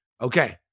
Okay